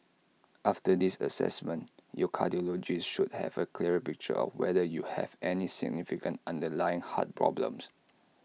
after this Assessment your cardiologist should have A clearer picture of whether you have any significant underlying heart problem